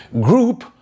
group